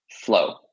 flow